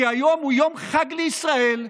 כי היום הוא יום חג לישראל,